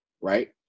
right